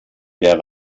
der